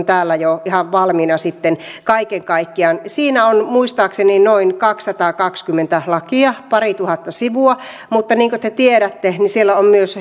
täällä jo ihan valmiina sitten kaiken kaikkiaan siinä on muistaakseni noin kaksisataakaksikymmentä lakia parituhatta sivua mutta niin kuin te tiedätte siellä on myös